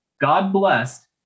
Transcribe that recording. God-blessed